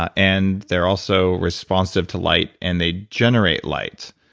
ah and they're also responsive to light, and they generate light.